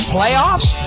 Playoffs